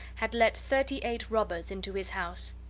had let thirty-eight robbers into his house.